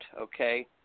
okay